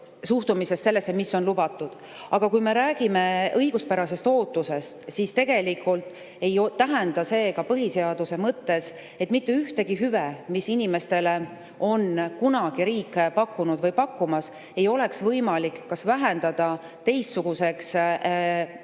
suhtumisest sellesse, mida on lubatud. Aga kui me räägime õiguspärasest ootusest, siis tegelikult ei tähenda see ka põhiseaduse mõttes, et mitte ühtegi hüvet, mida riik on inimestele kunagi pakkunud või pakkumas, ei oleks võimalik kas vähendada, teistsuguseks